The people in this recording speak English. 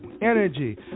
energy